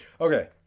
Okay